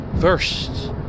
first